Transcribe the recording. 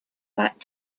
back